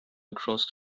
across